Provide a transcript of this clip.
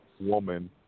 woman